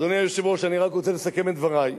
אדוני היושב-ראש, אני רק רוצה לסכם את דברי.